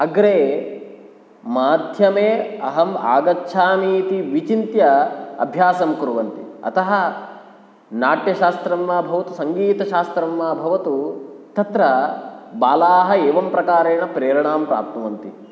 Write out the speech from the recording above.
अग्रे माध्यमे अहम् आगच्छामि इति विचिन्त्य अभ्यासं कुर्वन्ति अतः नाट्यशास्त्रं वा भवतु सङ्गीतशास्त्रं वा भवतु तत्र बालाः एवं प्रकारेण प्रेरणां प्राप्नुवन्ति